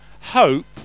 hope